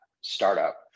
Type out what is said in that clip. startup